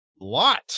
lot